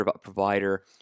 provider